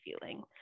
feeling